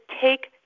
take